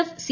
F C